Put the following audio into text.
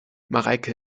mareike